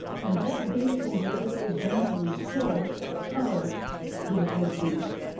and that beast from the earth is going to restore power to the first beast.